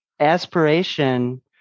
aspiration